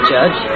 Judge